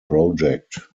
project